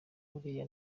uriya